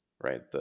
right